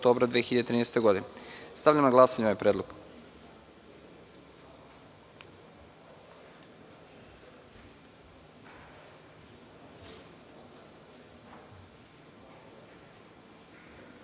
2013. godine. Stavljam na glasanje ovaj predlog. Molim